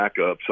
backups